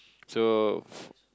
so